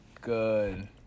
Good